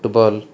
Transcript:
football